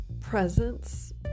presence